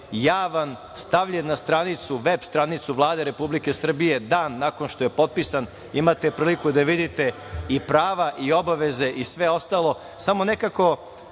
javan, stavljen na stranicu, veb stranicu Vlade Republike Srbije, dan nakon što je potpisan, imate priliku da vidite i prava i obaveze i sve ostalo. Samo nekako